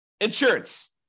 insurance